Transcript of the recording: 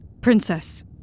Princess